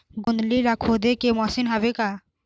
गोंदली ला खोदे के मशीन हावे का?